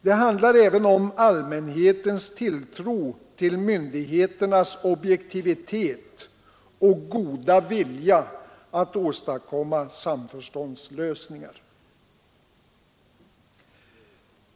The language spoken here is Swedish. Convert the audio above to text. Det handlar även om allmänhetens tilltro till myndigheternas objektivitet och goda vilja att åstadkomma samförståndslösningar.